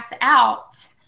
out